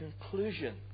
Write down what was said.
conclusion